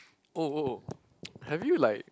oh oh have you like